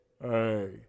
hey